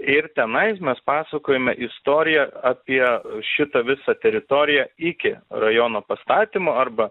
ir tenais mes pasakojame istoriją apie šitą visą teritoriją iki rajono pastatymo arba